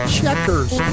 Checkers